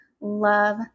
love